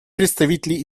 представителей